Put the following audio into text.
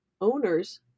owners